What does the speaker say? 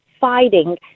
fighting